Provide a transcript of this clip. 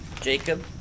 Jacob